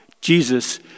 Jesus